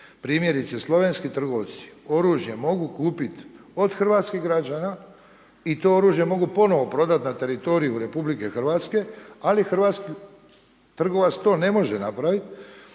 Primjerice slovenski trgovci oružje mogu kupiti od hrvatskih građana i to oružje mogu ponovno prodati na teritoriju Republike Hrvatske, ali hrvatski trgovac to ne može napraviti